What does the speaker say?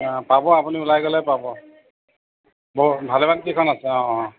পাব আপুনি ওলাই গ'লেই পাব ব ভালেমানকেইখন আছে অ অ